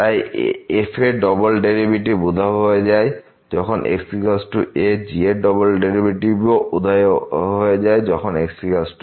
তাই f এর double derivative উধাও হয়ে যায় যখন xa এবং g এর ডবল ডেরিভেটিভ ও উধাও হয়ে যায় যখন xa